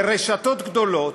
ברשתות גדולות,